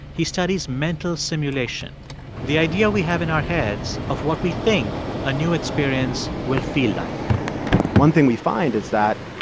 he studies mental simulation the idea we have in our heads of what we think a new experience will feel like one thing we find is that,